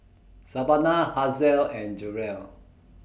Savanna Hazelle and Jerrell